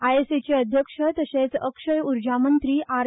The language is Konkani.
आयएसएचे अध्यक्ष तशेच अक्षय उर्जामंत्री आर